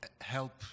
help